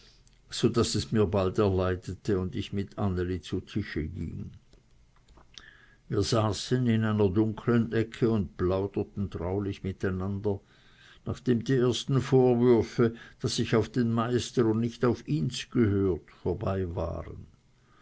so daß es mir bald erleidete und ich mit anneli zu tische ging wir saßen in einer dunkeln ecke und plauderten traulich miteinander nachdem die ersten vorwürfe daß ich auf den meister und nicht auf ihns gehört vorbei waren